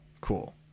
cool